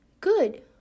Good